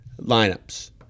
lineups